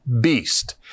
beast